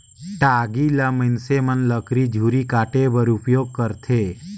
टागी ल मइनसे लकरी झूरी काटे बर उपियोग करथे